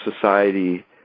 society